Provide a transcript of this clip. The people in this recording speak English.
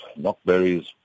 knockberries